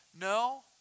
No